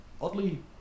oddly